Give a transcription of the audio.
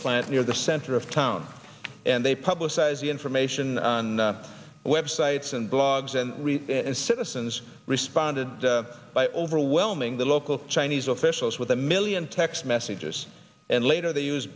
plant near the center of town and they publicize the information on websites and blogs and citizens responded by overwhelming the local chinese officials with a million text messages and later they use